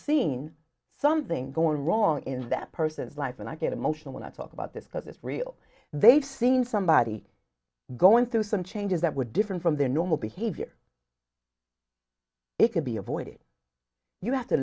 seen something going wrong in that person's life and i get emotional when i talk about this because it's real they've seen somebody going through some changes that were different from their normal behavior it could be avoided you have to